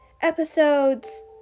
episodes